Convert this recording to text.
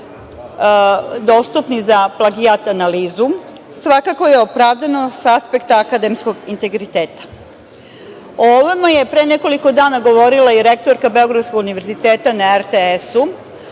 dostupni za plagijat analizu, svakako je opravdano sa aspekta akademskog integriteta. O ovome je pre nekoliko dana govorila i rektorka Beogradskog univerziteta na RTS,